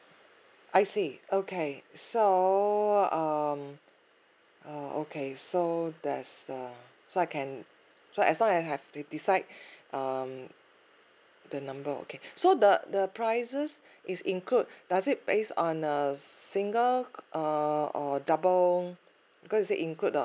I see okay so um uh okay so that's uh so I can so as long as I have de~ decide um the number okay so the the prices is include does it base on a single err or double because you say include the